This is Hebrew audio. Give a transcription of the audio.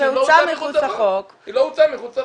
זה הוצא מחוץ לחוק --- תוציאי את זה מחוץ לחוק.